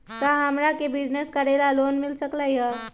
का हमरा के बिजनेस करेला लोन मिल सकलई ह?